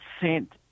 sent